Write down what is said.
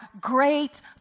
great